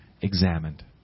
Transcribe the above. examined